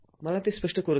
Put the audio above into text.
मला ते स्पष्ट करू द्या